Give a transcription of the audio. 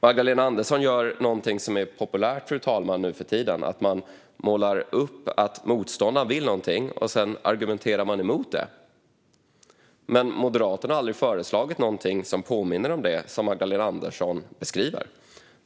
Magdalena Andersson gör någonting som är populärt nu för tiden, fru talman: Man målar upp att motståndaren vill någonting, och sedan argumenterar man emot det. Men Moderaterna har aldrig föreslagit någonting som påminner om det som Magdalena Andersson beskriver.